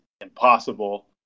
impossible